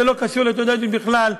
זה לא קשור לתודעה יהודית בכלל.